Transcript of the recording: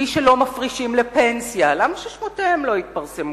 מי שלא מפרישים לפנסיה, למה שמותיהם לא יתפרסמו?